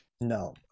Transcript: No